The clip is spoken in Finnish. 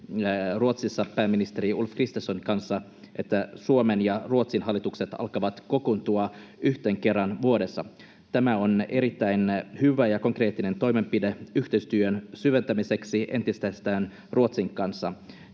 Ruotsissa pääministeri Ulf Kristerssonin kanssa, että Suomen ja Ruotsin hallitukset alkavat kokoontua yhteen kerran vuodessa. Tämä on erittäin hyvä ja konkreettinen toimenpide yhteistyön syventämiseksi entisestään Ruotsin kanssa.